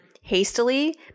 hastily